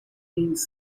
means